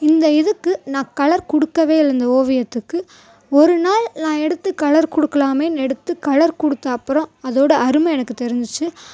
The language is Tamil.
இந்த இதுக்கு நான் கலர் கொடுக்கவே இல்லை ஓவியத்துக்கு ஒரு நாள் நான் எடுத்து கலர் கொடுக்கலாமே எடுத்து கலர் கொடுத்த அப்புறம் அதோடய அருமை எனக்கு தெரிஞ்சிச்சு